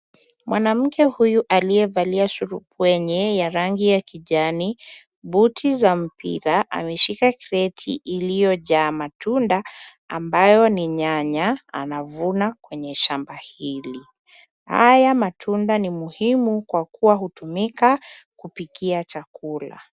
Mwanamke huyu aliyevalia surupwenye ya rangi ya kijani, buti za mpira, ameshika kreti iliyojaa matunda ambayo ni nyanya, anavuna kwenye shamba hili. Haya matunda ni muhimu kwa kuwa hutumika kupikia chakula.